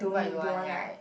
what you want ya